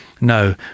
no